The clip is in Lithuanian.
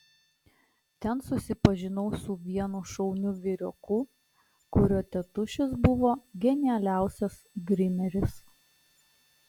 ten susipažinau su vienu šauniu vyrioku kurio tėtušis buvo genialiausias grimeris